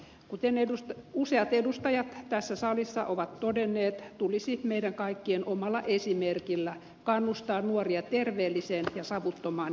kuten useat edustajat tässä salissa ovat todenneet tulisi meidän kaikkien omalla esimerkillä kannustaa nuoria terveelliseen ja savuttomaan elämään